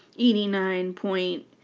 eighty nine point